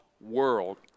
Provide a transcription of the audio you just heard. world